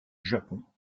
japon